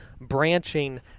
branching